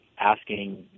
asking